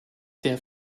der